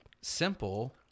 simple